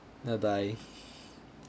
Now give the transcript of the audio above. bye bye